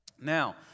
Now